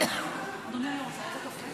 ואת אונר"א, אגב.